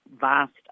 vast